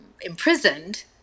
imprisoned